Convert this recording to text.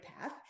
path